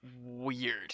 weird